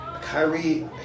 Kyrie